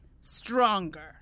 stronger